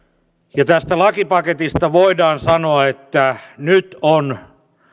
ja tästä lakipaketista voidaan sanoa että nyt on